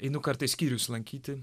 einu kartais skyrius lankyti